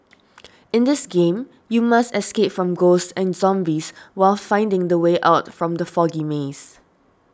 in this game you must escape from ghosts and zombies while finding the way out from the foggy maze